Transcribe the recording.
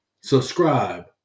Subscribe